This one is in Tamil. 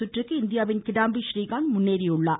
சுற்றுக்கு இந்தியாவின் கிடாம்பி ஸ்ரீகாந்த் முன்னேறியுள்ளார்